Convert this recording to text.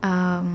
um